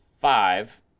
five